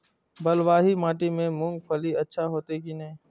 बलवाही माटी में मूंगफली अच्छा होते की ने?